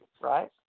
right